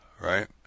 right